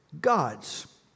God's